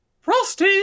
Frosty